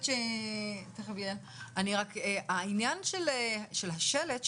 רק העניין של השלט,